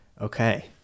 okay